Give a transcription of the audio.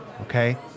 okay